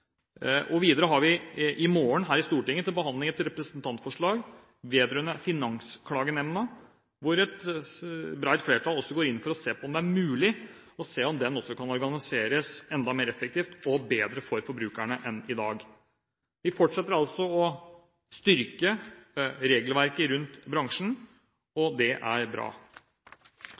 Finanstilsynet. Videre har vi i morgen her i Stortinget til behandling et representantforslag vedrørende Finansklagenemnda, hvor et bredt flertall går inn for å se på om det er mulig å se om den også kan organiseres enda mer effektivt og bedre for forbrukerne enn i dag. Vi fortsetter altså å styrke regelverket rundt bransjen, og det er bra.